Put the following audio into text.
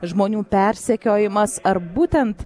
žmonių persekiojimas ar būtent